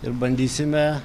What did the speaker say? ir bandysime